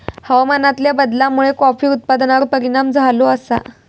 हवामानातल्या बदलामुळे कॉफी उत्पादनार परिणाम झालो आसा